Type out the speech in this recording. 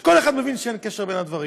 וכל אחד מבין שאין קשר בין הדברים.